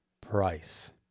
price